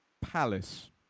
Palace